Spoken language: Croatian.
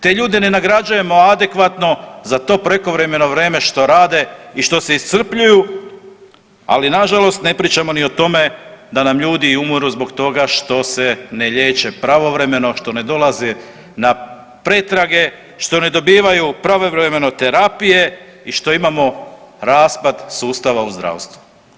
Te ljude ne nagrađujemo adekvatno za to prekovremeno vreme što rade i što se iscrpljuju, ali nažalost ne pričamo ni o tome da nam ljudi umiru zbog toga što se ne liječe pravovremeno, što ne dolaze na pretrage, što ne dobivaju pravovremeno terapije i što imamo raspad sustava u zdravstvu.